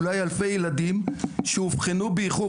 אולי אלפי ילדים שאובחנו באיחור,